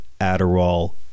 Adderall